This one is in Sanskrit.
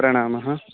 प्रणामः